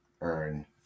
earn